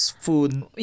food